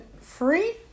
free